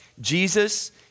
Jesus